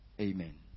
Amen